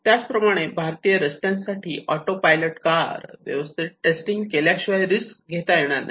त्याचप्रमाणे भारतीय रस्त्यांसाठी ऑटो पायलट कार व्यवस्थित टेस्टिंग केल्याशिवाय रिस्क घेता येणार नाही